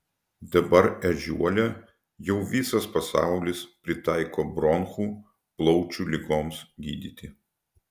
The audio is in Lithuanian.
dabar ežiuolę jau visas pasaulis pritaiko bronchų plaučių ligoms gydyti